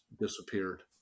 disappeared